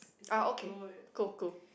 ah okay cool cool